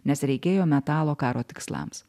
nes reikėjo metalo karo tikslams